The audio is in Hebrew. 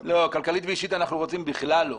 לא, כלכלית ואישית אנחנו רוצים בכלל לא.